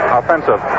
offensive